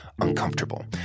uncomfortable